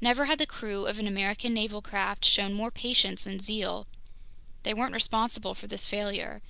never had the crew of an american naval craft shown more patience and zeal they weren't responsible for this failure